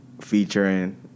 featuring